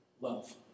love